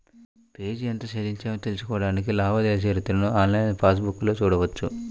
fee ఎంత చెల్లించామో తెలుసుకోడానికి లావాదేవీల చరిత్రను ఆన్లైన్ పాస్ బుక్లో చూడొచ్చు